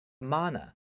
mana